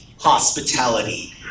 hospitality